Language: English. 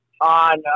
on